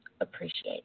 appreciate